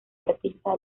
artistas